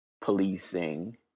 policing